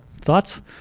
Thoughts